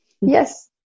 yes